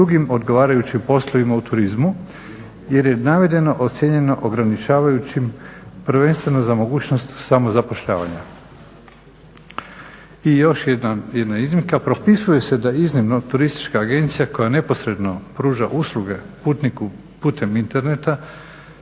drugim odgovarajućim poslovima u turizmu jer je navedeno ocjenjeno ograničavajućim, prvenstveno za mogućnost samozapošljavanja. I još jedna iznimka. Propisuje se da iznimno turistička agencija koja neposredno pruža usluge putniku putem interneta